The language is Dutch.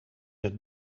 het